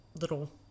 little